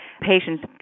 patients